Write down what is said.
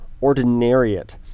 ordinariate